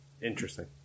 Interesting